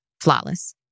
flawless